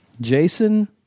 Jason